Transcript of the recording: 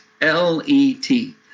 L-E-T